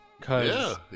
cause